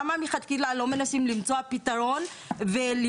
למה מלכתחילה לא מנסים למצוא פתרון ולא מנסים